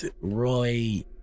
Roy